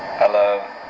hello.